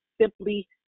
simply